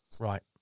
Right